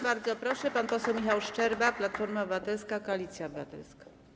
Bardzo proszę, pan poseł Michał Szczerba, Platforma Obywatelska - Koalicja Obywatelska.